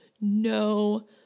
no